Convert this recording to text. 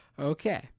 Okay